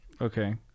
okay